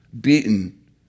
beaten